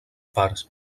parts